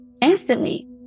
instantly